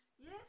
yes